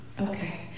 Okay